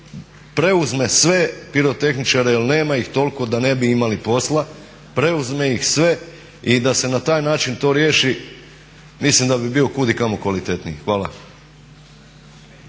preuzme sve pirotehničare jer nema ih toliko da ne bi imali posla, preuzme ih sve i da se na taj način to riješi mislim da bi bio kudikamo kvalitetniji. Hvala.